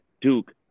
Duke